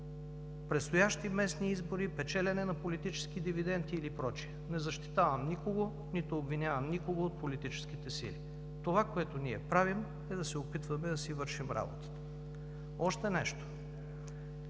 предстоящи местни избори, печелене на политически дивиденти или прочие. Не защитавам никого, нито обвинявам някого от политическите сили. Това, което ние правим, е да се опитваме да си вършим работата. Още нещо: